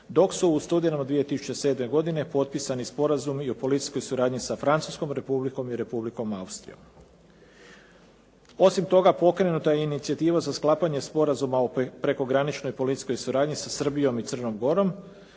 dok su u studenom 2007. godine potpisani i sporazumi o policijskoj suradnji sa Francuskom Republikom i Republikom Austrijom. Osim toga, pokrenuta je i inicijativa za sklapanje Sporazuma o prekograničnoj policijskoj suradnji sa Srbijom i Crnom Gorom